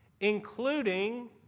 including